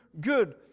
good